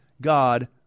God